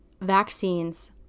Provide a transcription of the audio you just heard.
vaccines